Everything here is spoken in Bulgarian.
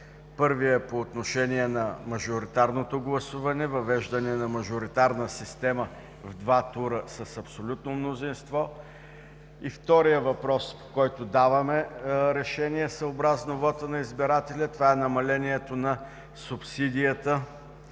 Първият по отношение на мажоритарното гласуване, въвеждане на мажоритарна система в два тура с абсолютно мнозинство и вторият въпрос, в който даваме решение съобразно вота на избирателя, това е намалението на субсидията